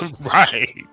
right